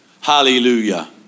hallelujah